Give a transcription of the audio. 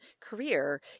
career